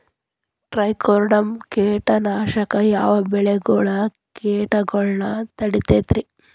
Trichoderma ಕೇಟನಾಶಕ ಯಾವ ಬೆಳಿಗೊಳ ಕೇಟಗೊಳ್ನ ತಡಿತೇತಿರಿ?